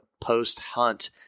post-hunt